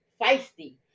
feisty